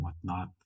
whatnot